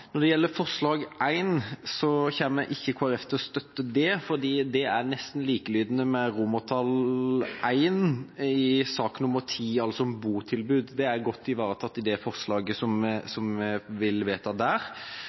Når det gjelder forslag nr. 1 om botilbud, kommer ikke Kristelig Folkeparti til å støtte det fordi det er nesten likelydende med I i forslag til vedtak i sak nr. 10. Det er godt ivaretatt i det forslaget som blir vedtatt der.